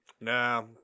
Nah